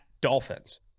Dolphins